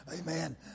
Amen